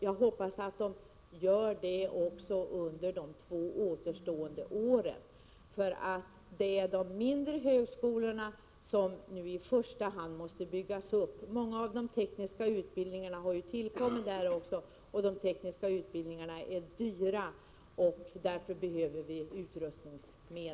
Jag hoppas att så sker också under de två återstående åren. Det är de mindre högskolorna som nu i första hand måste byggas upp. Många tekniska utbildningar har ju tillkommit där, och de tekniska utbildningarna är dyra. Därför behöver vi utrustningsmedel.